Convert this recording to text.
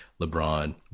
LeBron